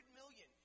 million